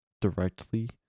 directly